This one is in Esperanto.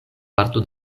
parto